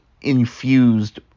infused